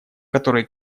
которые